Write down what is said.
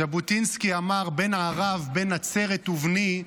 ז'בוטינסקי אמר: "בן ערב, בן נצרת ובני"